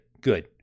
good